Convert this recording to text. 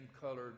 colored